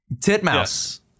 Titmouse